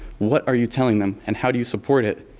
what are you telling them, and how do you support it?